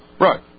Right